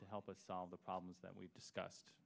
to help us solve the problems that we discussed